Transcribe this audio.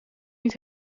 niet